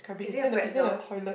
is it a pretzel